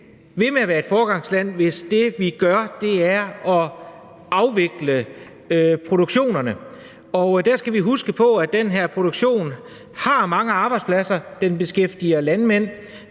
være et foregangsland, hvis det, vi gør, er at afvikle produktionerne. Der skal vi huske på, at den her produktion giver mange arbejdspladser, den beskæftiger landmænd,